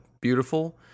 beautiful